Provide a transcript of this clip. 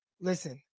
listen